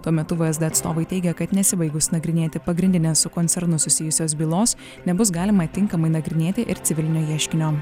tuo metu vsd atstovai teigė kad nesibaigus nagrinėti pagrindinės su koncernu susijusios bylos nebus galima tinkamai nagrinėti ir civilinio ieškinio